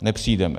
Nepřijdeme.